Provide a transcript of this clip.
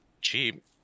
cheap